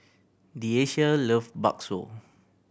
Deasia love bakso